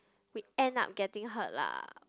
we end up getting hurt lah